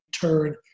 turn